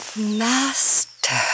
Master